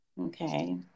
Okay